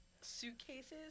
suitcases